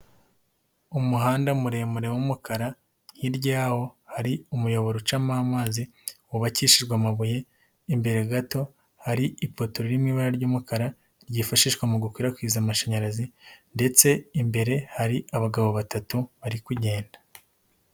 umuhanda muremure w'umukara, hi'ryawo hari umuyoboro ucamo amazi wubakishijwe amabuye, imbere gato hari ipoto riri mu ibara ry'umukara ryifashishwa mu gukwirakwiza amashanyarazi ndetse imbere hari abagabo batatu bari kugenda.